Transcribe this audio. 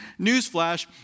Newsflash